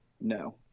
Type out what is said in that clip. No